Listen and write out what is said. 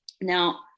Now